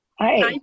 Hi